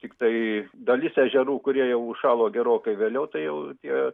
tiktai dalis ežerų kurie jau užšalo gerokai vėliau tai jau tie